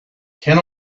can